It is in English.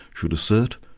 should assert,